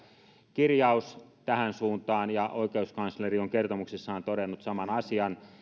kirjaus tähän suuntaan ja oikeuskansleri on kertomuksessaan todennut saman asian